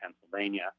Pennsylvania